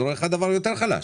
זרוע אחרת עבדה יותר חלש,